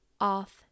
off